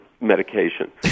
medication